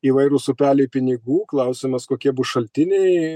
įvairūs upeliai pinigų klausimas kokie bus šaltiniai